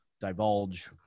divulge